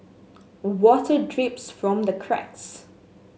water drips from the cracks